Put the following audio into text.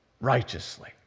righteously